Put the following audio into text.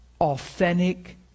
authentic